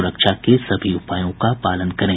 सुरक्षा के सभी उपायों का पालन करें